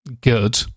good